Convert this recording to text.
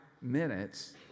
minutes